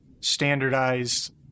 standardized